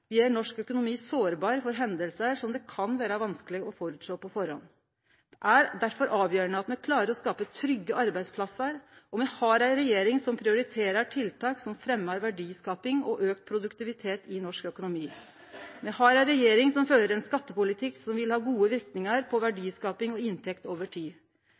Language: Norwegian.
hushaldsgjelda gjer norsk økonomi sårbar for hendingar som kan vere vanskeleg å føresjå på forhand. Det er difor avgjerande at me klarer å skape trygge arbeidsplassar, og me har ei regjering som prioriterer tiltak som fremjar verdiskaping og auka produktivitet i norsk økonomi. Me har ei regjering som fører ein skattepolitikk som vil ha gode verknader på verdiskaping og inntekt over tid.